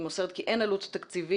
היא מוסרת כי אין עלות תקציבית